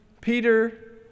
Peter